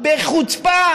בחוצפה